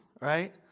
right